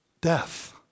death